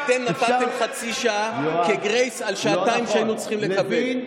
אתם נתתם חצי שעה כגרייס על שעתיים שהיינו צריכים לקבל.